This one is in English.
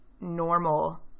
normal